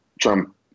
Trump